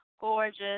gorgeous